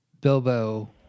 Bilbo